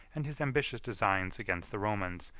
and his ambitious designs against the romans,